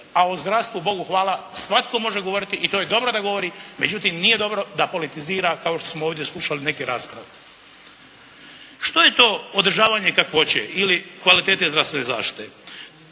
a o zdravstvu Bogu hvala svatko može govoriti i to je dobro da govori. Međutim nije dobro da politizira kao što smo ovdje slušali neke rasprave. Što je to održavanje kakvoće ili kvalitete zdravstvene zaštite?